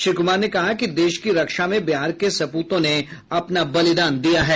श्री कुमार ने कहा कि देश की रक्षा में बिहार के सपूतों ने अपना बलिदान दिया है